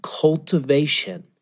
cultivation